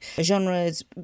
genres